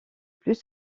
plus